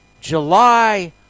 July